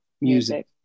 music